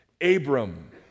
Abram